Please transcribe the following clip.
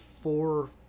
four